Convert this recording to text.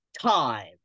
time